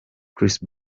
chris